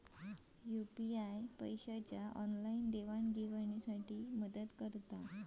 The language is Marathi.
यू.पी.आय पैशाच्या ऑनलाईन देवाणघेवाणी साठी मदत करता